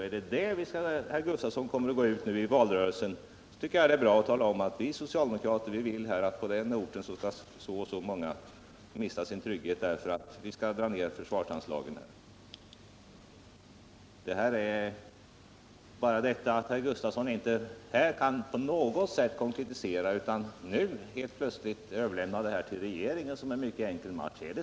Är det detta herr Gustavsson kommer att gå ut med i valrörelsen tycker jag det vore bra om ni sade: Vi socialdemokrater vill att på den och den orten skall så och så många mista sin trygghet därför att vi skall dra ner försvarsanslagen. Bara detta att herr Gustavsson inte på något sätt kan konkretisera sig här — utan helt plötsligt överlåter frågan åt regeringen och säger att det är en enkel match — är talande.